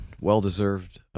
Well-deserved